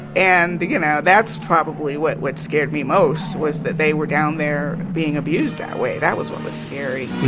and, you know, that's probably what what scared me most was that they were down there being abused that way. that was what was scary